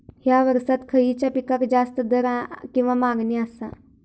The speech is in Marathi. हया वर्सात खइच्या पिकाक जास्त दर किंवा मागणी आसा?